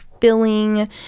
filling